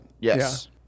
Yes